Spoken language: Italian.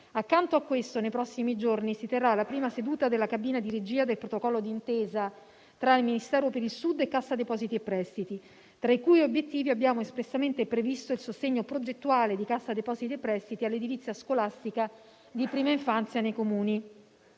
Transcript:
Accanto a questo, nei prossimi giorni, si terrà la prima seduta della cabina di regia del protocollo d'intesa tra il Ministero per il Sud e Cassa depositi e prestiti, tra i cui obiettivi abbiamo espressamente previsto il sostegno progettuale di Cassa depositi e prestiti all'edilizia scolastica di prima infanzia nei Comuni.